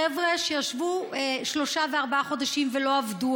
חבר'ה שישבו שלושה וארבעה חודשים ולא עבדו,